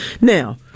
Now